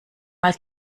mal